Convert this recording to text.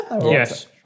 Yes